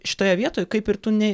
šitoje vietoj kaip ir tu ne